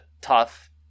tough